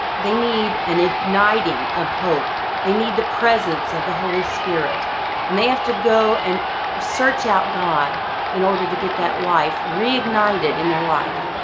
they need an igniting of hope. they need the presence of the holy spirit and they have to go and search out god in order to get that life reignited in their life.